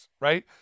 right